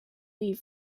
leave